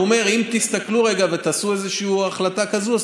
והוא אומר: אם תסתכלו רגע ותעשו איזושהי החלטה כזאת אז